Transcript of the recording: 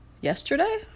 yesterday